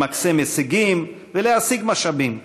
למקסם הישגים ולהשיג משאבים.